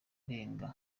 urenga